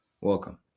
Welcome